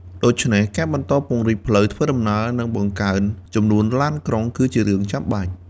ដូច្នេះ ការបន្តពង្រីកផ្លូវធ្វើដំណើរ និងបង្កើនចំនួនឡានក្រុង គឺជារឿងចាំបាច់។